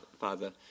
father